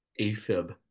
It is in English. AFib